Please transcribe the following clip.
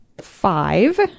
five